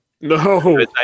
No